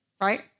right